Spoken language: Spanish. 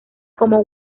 como